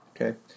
Okay